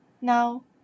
Now